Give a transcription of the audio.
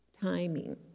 timing